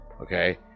Okay